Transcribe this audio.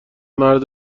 مرد